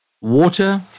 Water